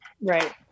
Right